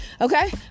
Okay